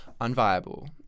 unviable